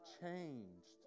changed